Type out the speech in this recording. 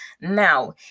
Now